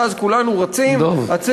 ואז כולנו רצים-אצים